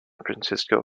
francisco